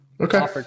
Okay